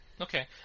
Okay